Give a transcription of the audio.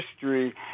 history